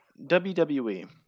WWE